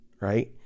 right